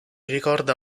ricorda